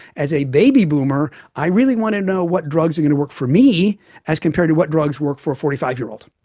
as a baby boomer, i really want to know what drugs are going to work for me as compared to what drugs work for a forty five year old.